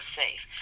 safe